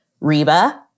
Reba